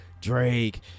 Drake